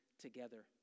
together